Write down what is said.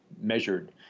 measured